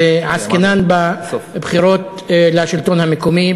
ועסקינן בבחירות לשלטון המקומי,